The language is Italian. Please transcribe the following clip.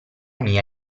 mia